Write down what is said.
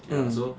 mm